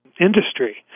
industry